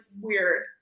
weird